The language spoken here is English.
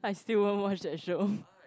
still won't watch that show